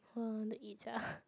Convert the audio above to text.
!wah! I want to eat sia